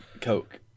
Coke